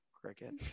cricket